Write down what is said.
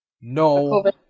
No